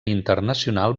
internacional